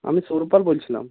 আমি সৌরভ পাল বলছিলাম